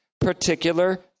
particular